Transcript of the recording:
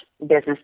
business